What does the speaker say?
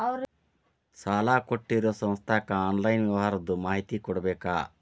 ಸಾಲಾ ಕೊಟ್ಟಿರೋ ಸಂಸ್ಥಾಕ್ಕೆ ಆನ್ಲೈನ್ ವ್ಯವಹಾರದ್ದು ಮಾಹಿತಿ ಕೊಡಬೇಕಾ?